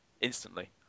instantly